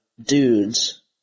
dudes